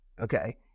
okay